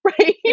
right